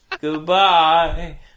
Goodbye